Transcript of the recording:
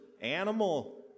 animal